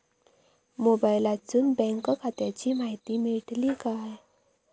मोबाईलातसून बँक खात्याची माहिती मेळतली काय?